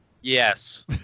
Yes